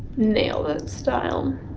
nail that style.